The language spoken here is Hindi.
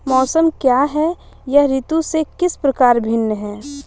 मौसम क्या है यह ऋतु से किस प्रकार भिन्न है?